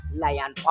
lion